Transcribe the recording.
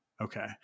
Okay